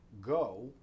go